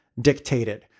dictated